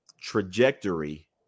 trajectory